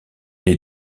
est